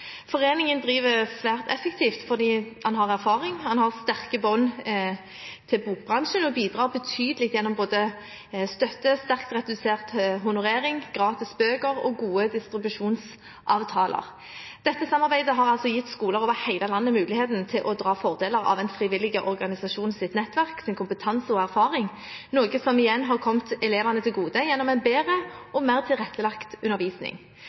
Foreningen driver svært effektivt fordi den har erfaring, har sterke bånd til bokbransjen og bidrar betydelig gjennom både støtte, sterkt redusert honorering, gratis bøker og gode distribusjonsavtaler. Dette samarbeidet har gitt skoler over hele landet mulighet til å dra fordeler av en frivillig organisasjons nettverk, kompetanse og erfaring, noe som igjen har kommet elevene til gode gjennom en bedre og mer tilrettelagt undervisning.